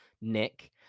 Nick